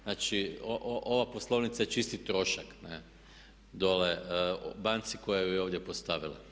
Znači ova poslovnica je čisti trošak dolje banci koja ju je ovdje postavila.